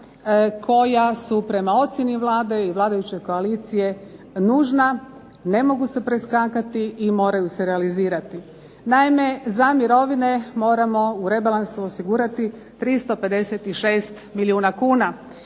koja su prema ocjeni Vlade i vladajuće koalicije nužna. Ne mogu se preskakati i moraju se realizirati. Naime, za mirovine moramo u rebalansu osigurati 356 milijuna kuna.